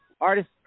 Artist